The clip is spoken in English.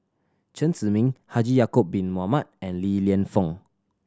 Chen Zhiming Haji Ya'acob Bin Mohamed and Li Lienfung